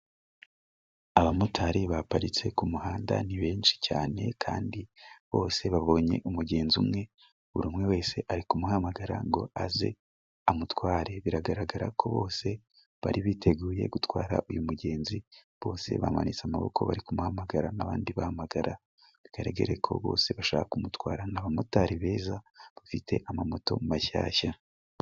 Abamotari baparitse ku muhanda, ni benshi cyane kandi bose babonye umugenzi umwe, buri umwe wese ari kumuhamagara ngo aze amutware, biragaragara ko bose bari biteguye gutwara uyu mugenzi, bose bamanitse amaboko bari kumuhamagara n'abandi bahamagara bigaragare ko bose bashaka kumutwa. Ni abamotari beza bafite amamoto mashyashya.